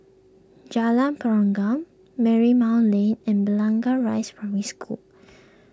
Jalan Pergam Marymount Lane and Blangah Rise Primary School